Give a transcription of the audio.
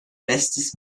bestes